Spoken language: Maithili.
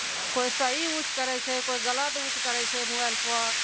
कोइ सही यूज करै छै कोइ गलत यूज करै छै मोबाइल पर